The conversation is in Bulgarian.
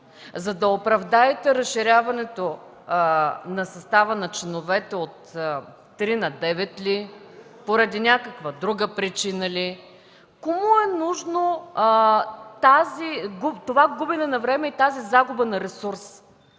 За да оправдаете разширяването на състава на членовете от три на девет ли? Поради някаква друга причина ли? Кому е нужно това губене на време и тази загуба на ресурс?